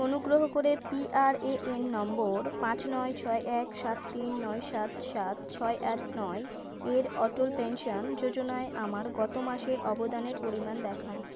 অনুগ্রহ করে পিআরএএন নম্বর পাঁচ নয় ছয় এক সাত তিন নয় সাত সাত ছয় আট নয় এর অটল পেনশন যোজনায় আমার গত মাসের অবদানের পরিমাণ দেখান